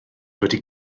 wedi